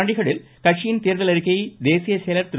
சண்டிகட்டில் கட்சியின் தேர்தல் அறிக்கையை தேசிய செயலர் திரு